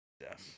yes